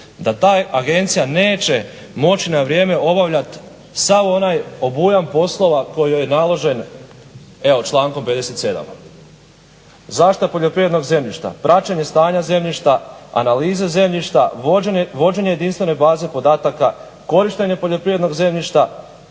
da ta agencija neće moć na vrijeme obavljat sav onaj obujam poslova koji je joj naložen evo člankom 57. zaštita poljoprivrednog zemljišta, praćenje stanje zemljišta, analiza zemljišta, vođenje jedinstvene baze podataka, korištenje poljoprivrednog zemljišta,